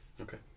Okay